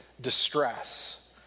distress